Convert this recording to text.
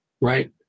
right